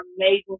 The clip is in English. amazing